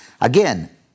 Again